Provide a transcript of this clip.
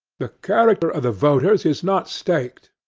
the character of the voters is not staked.